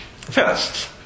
First